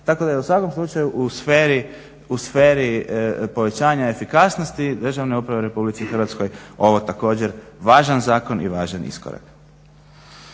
Tako da je u svakom slučaju u sferi povećanja efikasnosti državne uprave u RH ovo također važan zakon i važan iskorak.